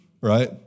right